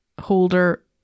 holder